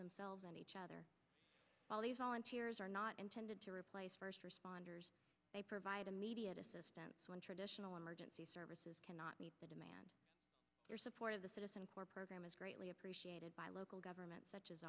themselves and each other while these volunteers are not intended to replace first responders they provide immediate assistance when traditional emergency services cannot meet the demand your support of the citizen corps program is greatly appreciated by local governments such as